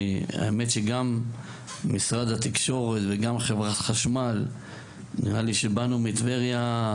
האמת שגם משרד התקשורת וגם חב' חשמל נראה לי שבאנו מטבריה.